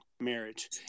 marriage